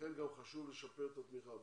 לכן גם חשוב לשפר את התמיכה בהם.